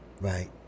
right